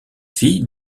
fille